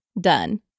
done